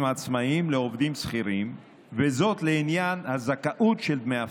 עצמאים לזה של עובדים שכירים לעניין הזכאות דמי האבטלה.